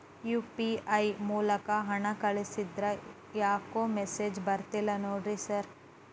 UPI ಮೂಲಕ ಹಣ ಕಳಿಸಿದ್ರ ಯಾಕೋ ಮೆಸೇಜ್ ಬರ್ತಿಲ್ಲ ನೋಡಿ ಸರ್?